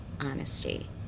Honesty